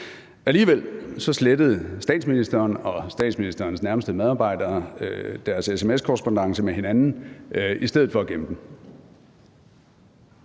Alligevel slettede statsministeren og statsministerens nærmeste medarbejdere deres sms-korrespondance med hinanden i stedet for at gemme den.